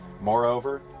Moreover